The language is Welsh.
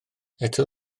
eto